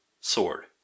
Sword